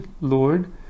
Lord